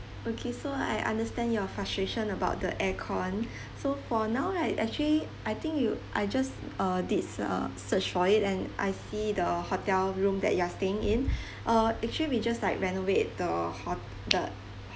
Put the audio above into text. okay so I understand your frustration about the air cond so for now I actually I think you I just uh did uh search for it and I see the hotel room that you are staying in uh actually we just like renovate the hot~ the hot~